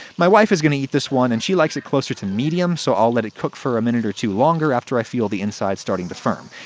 my wife is gonna eat this one, and she likes it closer to medium, so i'll let it cook a minute or two longer after i feel the inside starting to firm.